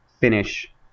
finish